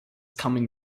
coming